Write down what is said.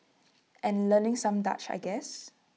and learning some Dutch I guess